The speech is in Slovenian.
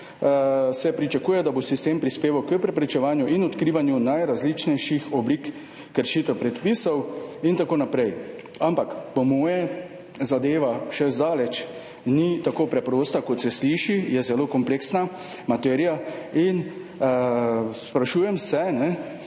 se pričakuje, da bo sistem prispeval k preprečevanju in odkrivanju najrazličnejših oblik kršitev predpisov in tako naprej. Ampak po mojem zadeva še zdaleč ni tako preprosta, kot se sliši, je zelo kompleksna materija. Sprašujem se,